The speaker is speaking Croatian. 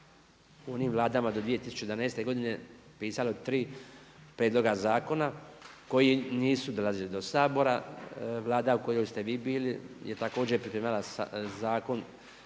u onim Vladama do 2011. godine, pisalo 3 prijedloga zakona, koji nisu dolazili do Sabora, Vlada u kojoj ste vi bili, je također pripremala zakon